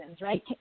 right